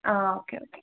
ആ okay okay